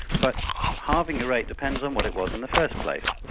but halving a rate depends on what it was in the first place.